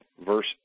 verse